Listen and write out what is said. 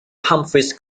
humphreys